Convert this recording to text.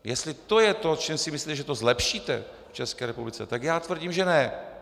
Jestli to je to, o čem si myslíte, že to zlepšíte v České republice, tak já tvrdím, že ne.